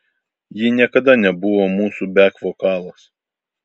ji niekada nebuvo mūsų bek vokalas